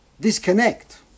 disconnect